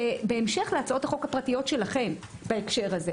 בהמשך להצעות החוק הפרטיות שלכם בהקשר הזה,